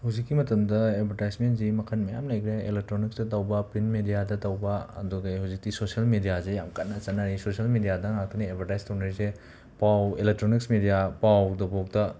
ꯍꯧꯖꯤꯛꯀꯤ ꯃꯇꯝꯗ ꯑꯦꯕꯔꯇꯥꯏꯁꯃꯦꯟꯁꯤ ꯃꯈꯜ ꯃꯌꯥꯝ ꯂꯩꯈ꯭ꯔꯦ ꯑꯦꯂꯦꯛꯇ꯭ꯔꯣꯅꯤꯛꯁꯇ ꯇꯧꯕ ꯄ꯭ꯔꯤꯟ ꯃꯦꯗꯤꯌꯥꯗ ꯇꯧꯕ ꯑꯗꯨꯗꯒꯤ ꯍꯧꯖꯤꯛꯛꯇꯤ ꯁꯣꯁꯦꯜ ꯃꯦꯗꯤꯌꯥꯁꯦ ꯌꯥꯝꯅ ꯀꯟꯅ ꯆꯠꯅꯔꯤ ꯁꯣꯁꯦꯜ ꯃꯦꯗꯤꯌꯥꯗ ꯉꯥꯛꯇꯅꯦ ꯑꯦꯕꯔꯗꯥꯏꯁ ꯇꯧꯅꯔꯤꯁꯦ ꯄꯥꯎ ꯏꯂꯦꯛꯇ꯭ꯔꯣꯅꯤꯛꯁ ꯃꯦꯗꯤꯌꯥ ꯄꯥꯎꯗꯐꯥꯎꯗ